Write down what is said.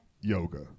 yoga